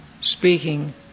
speaking